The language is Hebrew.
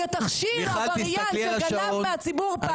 -- עבריין שגנב מהציבור פעמיים.